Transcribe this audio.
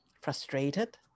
frustrated